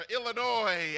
Illinois